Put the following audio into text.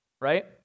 right